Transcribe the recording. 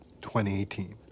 2018